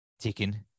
ticking